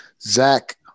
Zach